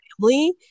family